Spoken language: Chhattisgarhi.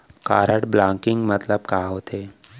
कारड ब्लॉकिंग मतलब का होथे?